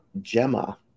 Gemma